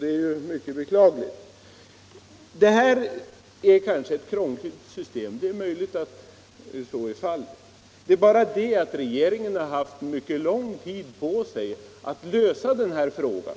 Det är mycket beklagligt att man handlar på det här sättet. Det föreslagna systemet är kanske krångligt. Det är bara det att regeringen haft mycket lång tid på sig att lösa frågan.